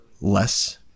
less